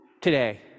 today